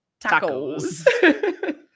tacos